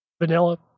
vanilla